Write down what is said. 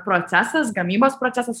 procesas gamybos procesas